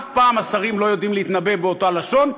אף פעם השרים לא יודעים להתנבא באותה לשון,